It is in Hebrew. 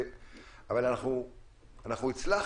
אבל הצלחנו,